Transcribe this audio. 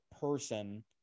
person